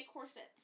corsets